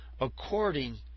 according